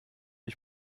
ich